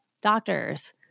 doctors